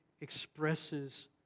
expresses